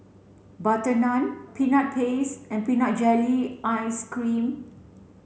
butter naan peanut paste and peanut jelly ice cream